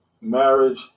marriage